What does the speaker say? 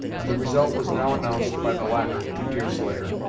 and the result was now announced by the latter to deerslayer,